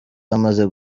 amaze